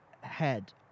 head